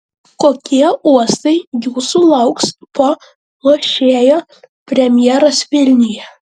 kokie uostai jūsų lauks po lošėjo premjeros vilniuje